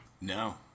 No